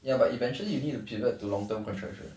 ya but eventually you need to pivot to long term construction